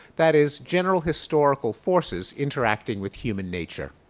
that is, general historical forces interacting with human nature.